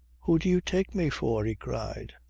who do you take me for? he cried.